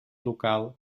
local